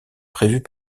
prévus